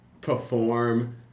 perform